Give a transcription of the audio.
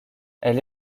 elle